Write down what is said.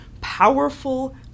powerful